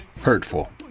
hurtful